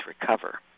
recover